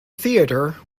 theater